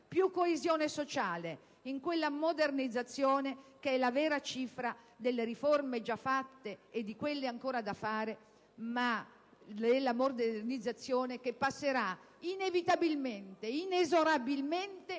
più coesione sociale in quella modernizzazione che è la vera cifra delle riforme già fatte e di quelle ancora da fare, ma nell'ottica di una modernizzazione che passerà inevitabilmente, inesorabilmente,